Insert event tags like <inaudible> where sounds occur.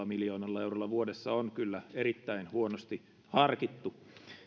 <unintelligible> miljoonalla eurolla vuodessa on kyllä erittäin huonosti harkittu